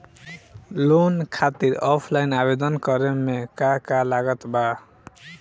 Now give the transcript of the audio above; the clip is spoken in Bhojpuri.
लोन खातिर ऑफलाइन आवेदन करे म का का लागत बा?